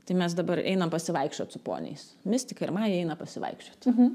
tai mes dabar einam pasivaikščiot su poniais mistika ir maja eina pasivaikščiot